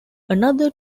another